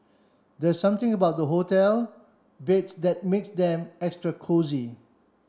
there's something about hotel beds that makes them extra cosy